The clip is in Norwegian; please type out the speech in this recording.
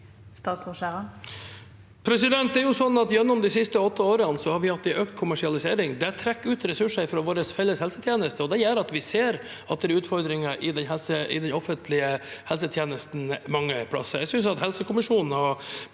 Skjæran Gjennom de siste åtte årene har vi hatt en økt kommersialisering. Det trekker ut ressurser fra vår felles helsetjeneste, og det gjør at vi ser utfordringer i den offentlige helsetjenesten mange plasser. Jeg synes helsekommisjonen har